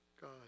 God